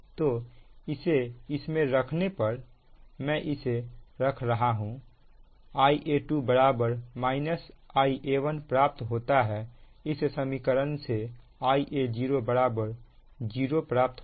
तो इसे इसमें रखने पर मैं इसे रख रहा हूं Ia2 Ia1 प्राप्त होता है इस समीकरण से Ia0 0 प्राप्त होगा